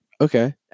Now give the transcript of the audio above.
Okay